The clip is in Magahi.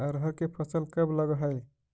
अरहर के फसल कब लग है?